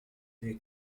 their